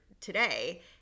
today